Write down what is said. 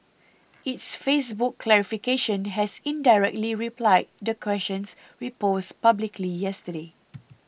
its Facebook clarification has indirectly replied the questions we posed publicly yesterday